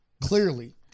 Clearly